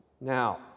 Now